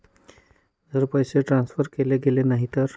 जर पैसे ट्रान्सफर केले गेले नाही तर?